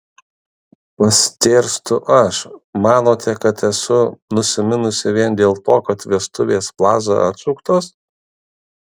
pastėrstu aš manote kad esu nusiminusi vien dėl to kad vestuvės plaza atšauktos